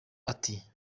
ati